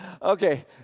Okay